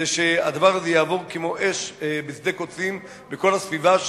כדי שהדבר הזה יעבור כמו אש בשדה קוצים בכל הסביבה,